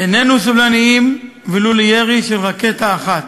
איננו סובלניים ולו לירי של רקטה אחת.